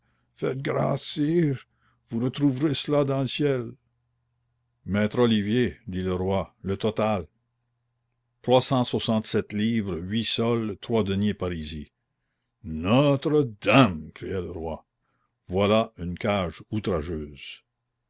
faites grâce sire vous retrouverez cela dans le ciel maître olivier dit le roi le total trois cent soixante-sept livres huit sols trois deniers parisis notre-dame cria le roi voilà une cage outrageuse